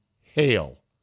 hail